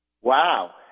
Wow